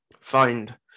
find